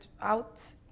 out